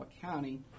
County